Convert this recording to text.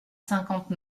cinquante